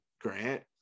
Grant